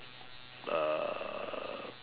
uh